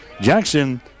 Jackson